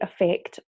effect